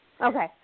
Okay